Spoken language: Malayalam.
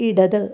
ഇടത്